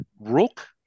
rook